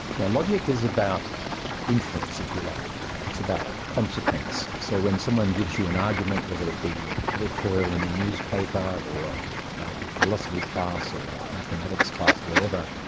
no, logic is about inference if you like, it's about consequence. so when someone gives you an argument, whether it be an editorial in a newspaper, or a philosophy class or a mathematics class, or whatever,